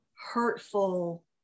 hurtful